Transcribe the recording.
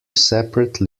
separate